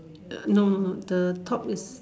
err no no no the top is